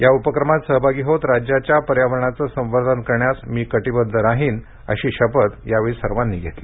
या उपक्रमात सहभागी होत राज्याच्या पर्यावरणाचे संवर्धन करण्यास मी कटीबद्ध राहीन अशी शपथ यावेळी सर्वांनी घेतली